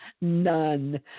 none